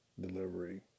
delivery